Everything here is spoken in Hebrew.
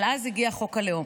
אבל אז הגיע חוק הלאום,